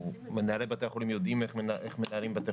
מנהלי בתי החולים יודעים איך מנהלים בתי